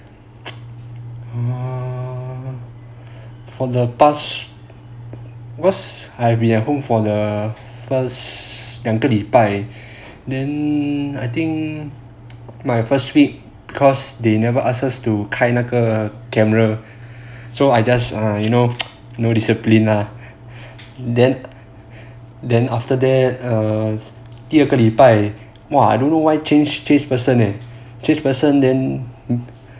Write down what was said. err from the past cause I have been at home for the first 两个礼拜 then I think my first week because they never ask us to 开那个 camera so I just err you know no discipline lah then then after that err 第二个礼拜 !wah! I don't know why change change person in change person then